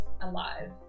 alive